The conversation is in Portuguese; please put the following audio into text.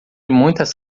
muitas